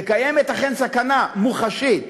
ואכן, קיימת סכנה מוחשית,